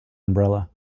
umbrella